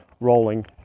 rolling